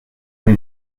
con